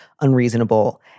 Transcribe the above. unreasonable